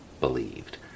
believed